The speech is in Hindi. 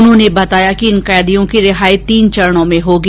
उन्होंने बताया कि इन कैदियों की रिहाई तीन चरणों में होगी